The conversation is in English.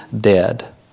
dead